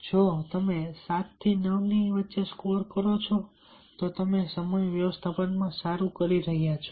જો તમે 7 થી 9 સ્કોર કરો છો તો તમે સમય વ્યવસ્થાપનમાં સારું કરી રહ્યા છો